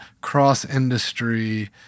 cross-industry